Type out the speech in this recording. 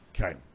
Okay